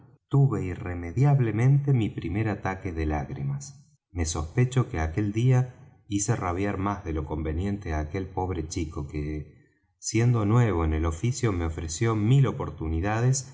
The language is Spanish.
tuve irremediablemente mi primer ataque de lágrimas me sospecho que aquel día hice rabiar más de lo conveniente á aquel pobre chico que siendo nuevo en el oficio me ofreció mil oportunidades